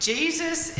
Jesus